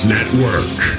Network